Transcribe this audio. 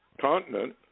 continent